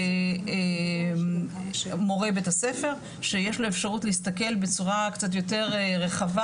זה מורה בית הספר שיש לו אפשרות להסתכל בצורה קצת יותר רחבה